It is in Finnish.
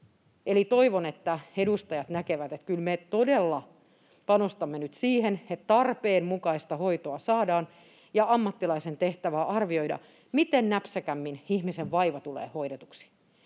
Eli toivon, että edustajat näkevät, että kyllä me todella panostamme nyt siihen, että tarpeen mukaista hoitoa saadaan ja ammattilaisen tehtävä on arvioida, miten näpsäkimmin ihmisen vaiva tulee hoidetuksi.